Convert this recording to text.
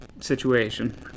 situation